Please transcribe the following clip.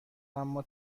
اما